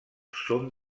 són